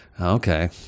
Okay